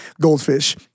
goldfish